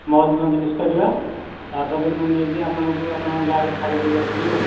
ମୌଜ ମଜ୍ଲିସ୍ କରିବା ତା'ପରେ ମୁଁ ନେଇକି ଆପଣଙ୍କୁ ଆପଣଙ୍କ ଗାଁରେ ଛାଡ଼ିଦେଇକି ଆସିବି ଆଉ